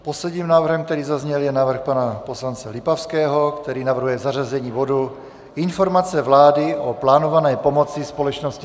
Posledním návrhem, který zazněl, je návrh pana poslance Lipavského, který navrhuje zařazení bodu Informace vlády o plánované pomoci společnosti Smartwings.